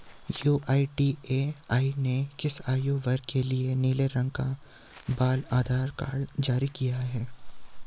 UIDAI ने किस आयु वर्ग के लिए नीले रंग का बाल आधार कार्ड जारी किया है?